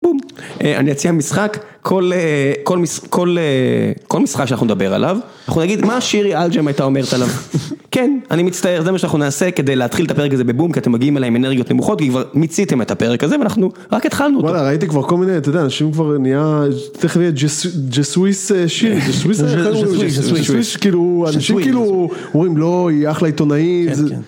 בום... אני אציע משחק: כל משחק שאנחנו נדבר עליו, אנחנו נגיד מה שירי אלג'ם הייתה אומרת עליו. כן, אני מצטער זה מה שאנחנו נעשה כדי להתחיל את הפרק הזה בבום כי אתם מגיעים אליי עם אנרגיות נמוכות כי כבר מיציתם את הפרק הזה ואנחנו רק התחלנו. בוא הנה, ראיתי כבר כל מיני אנשים כבר נהיה תכנית je sui שירי ג'ה סוויס כאילו אנשים כאילו אומרים: לא, היא אחלה עיתונאית. כן, כן